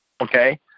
Okay